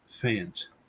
fans